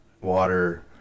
water